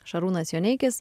šarūnas joneikis